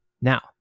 Now